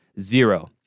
Zero